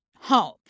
home